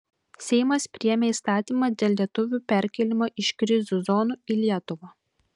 seimas priėmė įstatymą dėl lietuvių perkėlimo iš krizių zonų į lietuvą